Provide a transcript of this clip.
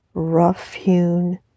rough-hewn